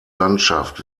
landschaft